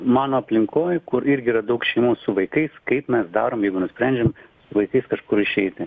mano aplinkoj kur irgi yra daug šeimų su vaikais kaip mes darom jeigu nusprendžiam vaikais kažkur išeiti